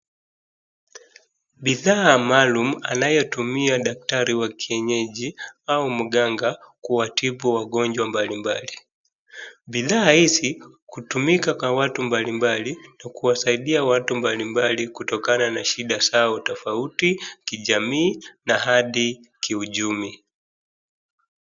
Bidhaa maaluum anayetumia dakatari wakienyeji au mganga kuwatibu wagonjwa mbalimbali. Bidhaa hizi hukutumika kwa watu mbalimbali na kuwasaidia watu mbalimbali kutokana na shida zao tofauti kijamii na hadi kiuchumi.